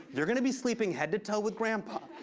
you're gonna be sleeping head-to-toe with grandpa.